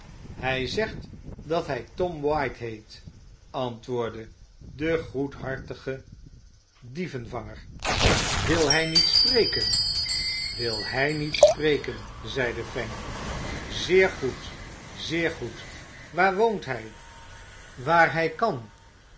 hij zegt dat hij tom white heet antwoordde de goedhartige dievenvanger wil hij niet spreken wil hij niet spreken zeide fang zeer goed zeer goed waar woont hij waar hij kan